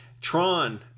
tron